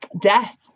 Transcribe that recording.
death